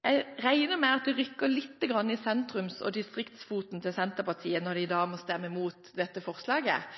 Jeg regner med at det rykker lite grann i sentrums- og distriktsfoten til Senterpartiet når de i dag må stemme mot dette forslaget